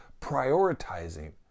prioritizing